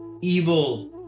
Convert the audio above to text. evil